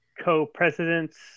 co-presidents